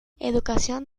educación